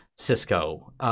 Cisco